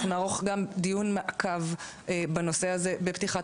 אנחנו נערוך גם דיון מעקב בנושא הזה בפתיחת